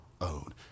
own